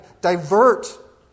divert